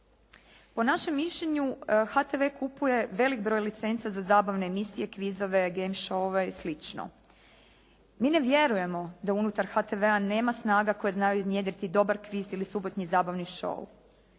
Po našem mišljenju HTV kupuje velik broj licenca za zabavne emisije, kvizove, game show-ove i slično. Mi ne vjerujemo da unutar HTV-a nema snaga koje znaju iznjedriti dobar kviz ili subotnji zabavni show.